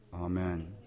Amen